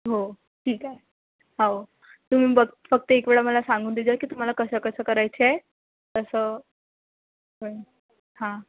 हो ठीक आहे हे तुम्ही ब फक्त एक वेळा मला सांगून देजाय की तुम्हाला कसंकसं करायचं आहे तसं हा